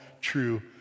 true